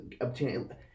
obtain